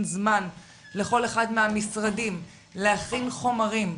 זמן לכל אחד מהמשרדים להכין חומרים,